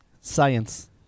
Science